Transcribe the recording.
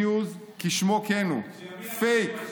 פייק ניוז,